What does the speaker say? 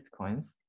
bitcoins